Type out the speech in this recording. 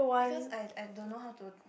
because I I don't know how to